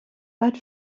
but